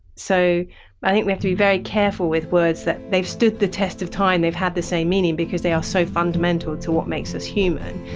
so i think we have to be very careful with words that they've stood the test of time, they've had the same meaning because they are so fundamental to what makes us human,